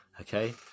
okay